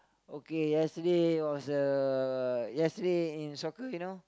okay yesterday was a yesterday in soccer you know